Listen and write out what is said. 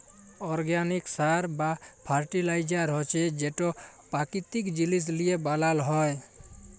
organic সার বা fertiliser হছে যেট পাকিতিক জিলিস লিঁয়ে বালাল হ্যয়